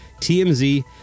TMZ